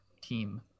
team